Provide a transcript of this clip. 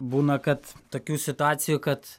būna kad tokių situacijų kad